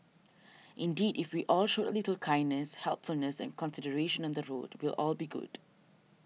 indeed if we all showed a little kindness helpfulness and consideration the road we'll all be good